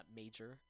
major